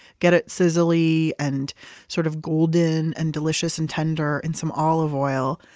get it sizzly and sort of golden and delicious and tender in some olive oil.